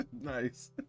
Nice